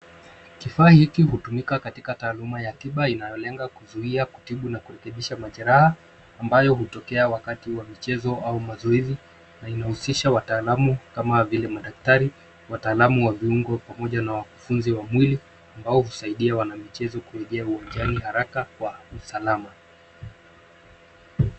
Kifaa hiki hutumika katika taaluma ya tiba inayolenga kuzuia, kutibu na kurekebisha majeraha ambayo hutokea wakati wa mchezo au mazoezi na inahusisha wataalamu kama vile madaktari, wataalamu wa viungo pamoja na wakufunzi wa mwili ambao wanasaidia wanamichezo kurejea uwanjani haraka kwa usalama.